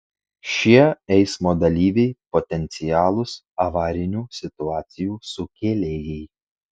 šie eismo dalyviai potencialūs avarinių situacijų sukėlėjai